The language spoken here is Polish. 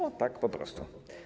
Ot tak, po prostu.